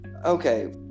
Okay